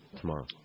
tomorrow